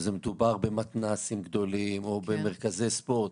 ומדובר במתנ"סים גדולים או במרכזי ספורט,